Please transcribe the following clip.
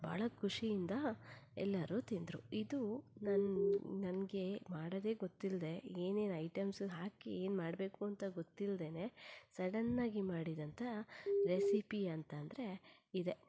ಬಹಳ ಖುಷಿಯಿಂದ ಎಲ್ಲರೂ ತಿಂದರು ಇದು ನನ್ನ ನನಗೆ ಮಾಡೋದೇ ಗೊತ್ತಿಲ್ಲದೆ ಏನೇನು ಐಟಮ್ಸ್ ಹಾಕಿ ಏನ್ಮಾಡಬೇಕು ಅಂತ ಗೊತ್ತಿಲ್ಲದೇನೆ ಸಡನ್ನಾಗಿ ಮಾಡಿದಂತಹ ರೆಸಿಪಿ ಅಂತಂದರೆ ಇದೆ